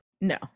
No